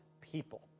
people